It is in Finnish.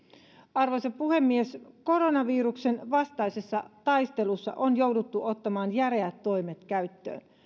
arvoisa puhemies koronaviruksen vastaisessa taistelussa on jouduttu ottamaan järeät toimet käyttöön